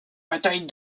bataille